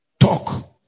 talk